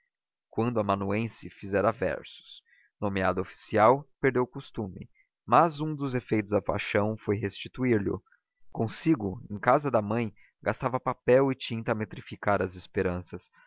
quando amanuense fizera versos nomeado oficial perdeu o costume mas um dos efeitos da paixão foi restituir lho consigo em casa da mãe gastava papel e tinta a metrificar as esperanças